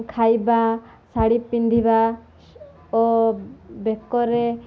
ଖାଇବା ଶାଢ଼ୀ ପିନ୍ଧିବା ଓ ବେକରେ